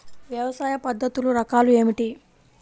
వ్యవసాయ పద్ధతులు రకాలు ఏమిటి?